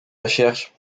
recherches